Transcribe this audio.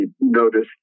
noticed